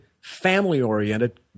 family-oriented